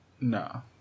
No